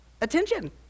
attention